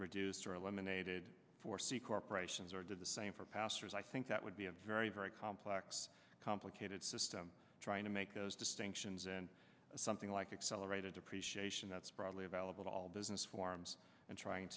reduced or eliminated for c corporations or did the same for pastors i think that would be a very very complex complicated system trying to make those distinctions and something like accelerated depreciation that's probably available to all business forms and trying